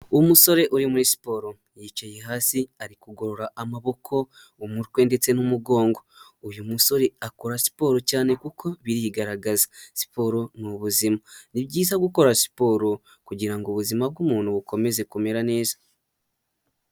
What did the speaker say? Umusore uri muri siporo yicaye hasi ari kugorora amaboko, umutwe ndetse n'umugongo. Uyu musore akora siporo cyane kuko birigaragaza. Siporo ni ubuzima, ni byiza gukora siporo kugira ngo ubuzima bw'umuntu bukomeze kumera neza.